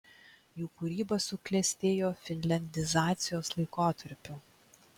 jų kūryba suklestėjo finliandizacijos laikotarpiu